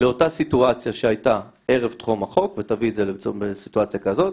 לאותה סיטואציה שהיתה ערב טרום החוק ותביא את זה לסיטואציה כזאת,